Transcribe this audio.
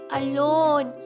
alone